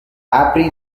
ابری